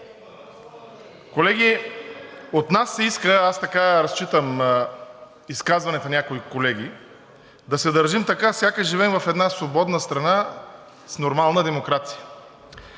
Колеги, от нас се иска, аз така считам изказванията на някои колеги, да се държим така, сякаш живеем в една свободна страна с нормална демокрация.